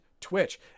Twitch